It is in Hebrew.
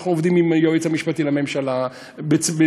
אנחנו עובדים עם היועץ המשפטי לממשלה בצמוד,